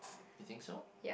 you think so